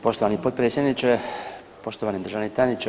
Poštovani potpredsjedniče, poštovani državni tajniče.